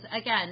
again